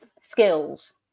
skills